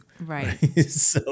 Right